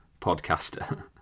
podcaster